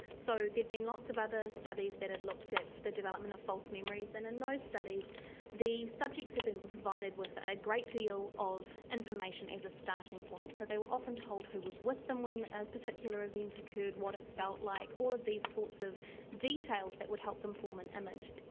so there'd been lots of other studies that had looked at the development of false memories and in those studies the subjects had been provided with a great deal of information as a starting point. so they were often told who was with them when a particular event occurred, what it felt like, all of these sorts of details that would help them form an image.